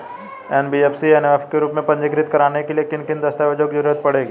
NBFC MFI के रूप में पंजीकृत कराने के लिए किन किन दस्तावेजों की जरूरत पड़ेगी?